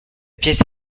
pièce